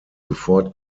sofort